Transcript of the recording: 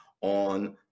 on